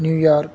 New York